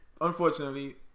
unfortunately